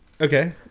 Okay